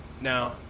Now